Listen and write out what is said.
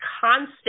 constant